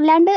അല്ലാണ്ട്